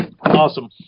Awesome